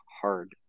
hard